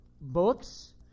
books